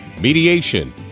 mediation